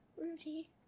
Rudy